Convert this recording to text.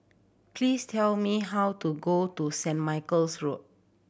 please tell me how to go to Saint Michael's Road